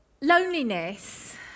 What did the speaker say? Loneliness